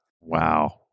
Wow